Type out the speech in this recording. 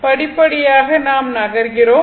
படிப்படியாக நாம் நகர்கிறோம்